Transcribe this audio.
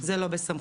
זה לא בסמכותנו.